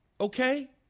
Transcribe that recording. Okay